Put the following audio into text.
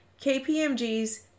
KPMG's